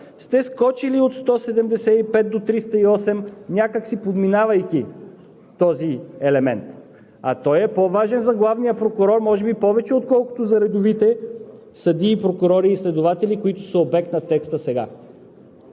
сте скочили от чл. 175 до чл. 308 някак си, подминавайки този елемент. А той е по-важен за главния прокурор, може би повече, отколкото за редовите съдии, прокурори и следователи, които са обект на текста сега.